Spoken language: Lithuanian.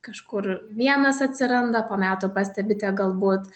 kažkur vienas atsiranda po metų pastebite galbūt